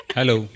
Hello